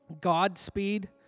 Godspeed